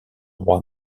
rois